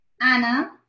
Anna